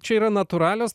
čia yra natūralios